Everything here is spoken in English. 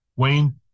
Wayne